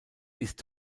ist